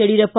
Yediyurappa